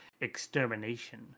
Extermination